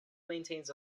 maintains